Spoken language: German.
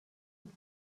und